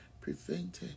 prevented